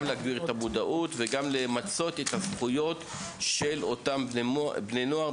גם כדי להגביר את המודעות וגם כדי למצות את הזכויות של אותם בני נוער,